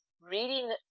reading